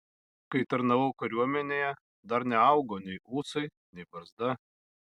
kai tarnavau kariuomenėje dar neaugo nei ūsai nei barzda